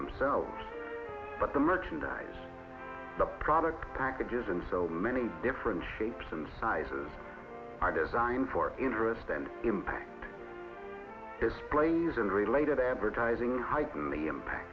themselves but the merchandise the product packages and so many different shapes and sizes are designed for interest and impact displays and related advertising hype in the impact